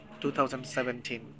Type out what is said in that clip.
2017